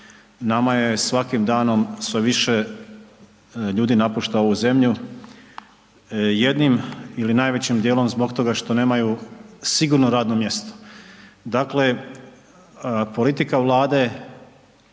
Nama je svakim danom sve više ljudi napušta ovu zemlju, jednim ili najvećim dijelom zbog toga što nemaju sigurno radno mjesto. Dakle, politika Vlade,